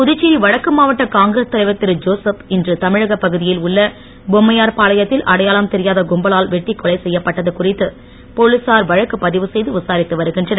புதுச்சேரி வடக்கு மாவட்ட காங்கிரஸ் தலைவர் திருஜோசப் இன்று தமிழகப் பகுதியில் உள்ள பொம்மையார்பாளையத்தில் அடையாளம் தெரியாத கும்பலால் வெட்டி கொலை செய்யப்பட்டது குறித்து போலீசார் வழக்கு பதிவு செய்து விசாரித்து வருகின்றனர்